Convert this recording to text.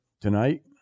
tonight